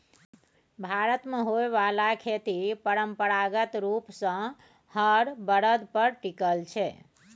भारत मे होइ बाला खेती परंपरागत रूप सँ हर बरद पर टिकल छै